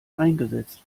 eingesetzt